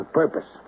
purpose